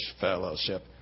fellowship